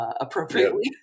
appropriately